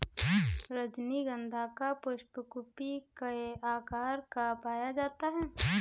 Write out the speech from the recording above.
रजनीगंधा का पुष्प कुपी के आकार का पाया जाता है